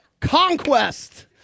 Conquest